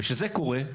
וכשזה קורה,